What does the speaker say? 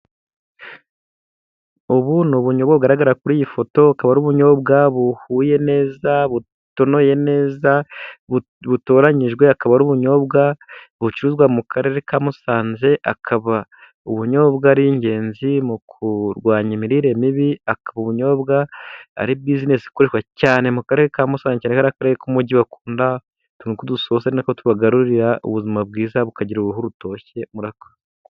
Ubu ni ubunyobwa bugaragara kuri iyi foto, akaba ari ubunyobwa buhuye neza, butonoye neza, butoranyijwe, akaba ari ubunyobwa bucuruzwa mu Karere ka Musanze. Akaba ubunyobwa ari ingenzi mu kurwanya imirire mibi, ubunyobwa ni bisinesi ikorerwa cyane mu Karere ka Musanze, cyane ko ari Akarere k' Umujyi bakunda utuntu tw'udusosi, nitwo tubagarurira ubuzima bwiza, bakagira uruhu rutoshye, murakoze.